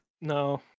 No